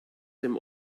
dem